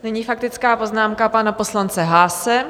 Nyní faktická poznámka pana poslance Haase.